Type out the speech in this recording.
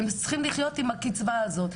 הם צריכים לחיות עם הקצבה הזו.